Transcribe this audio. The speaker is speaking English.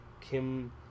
kim